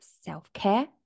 self-care